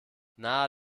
nahe